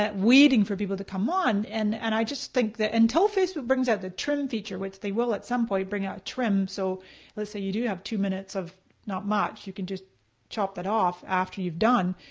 waiting for people to come on, and and i just think that until facebook brings out the trim feature, which they will at some point bring out trim, so let's say you do have two minutes of not much, you can just chop that off after you've done.